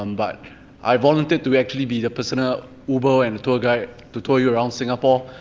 um but i volunteered to actually be the personal uber and tour guide to tour you around singapore,